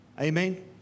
Amen